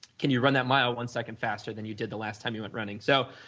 can you run that mile one second faster than you did the last time you went running. so,